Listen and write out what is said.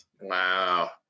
wow